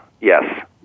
Yes